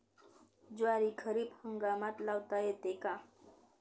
ज्वारी खरीप हंगामात लावता येते का?